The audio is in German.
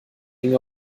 ging